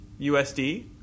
USD